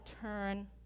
turn